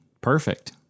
perfect